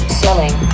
selling